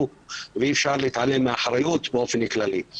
ואי-אפשר להתעלם מאחריות באופן כללי.